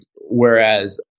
whereas